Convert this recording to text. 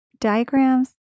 diagrams